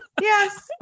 yes